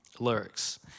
lyrics